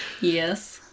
yes